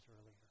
earlier